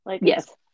Yes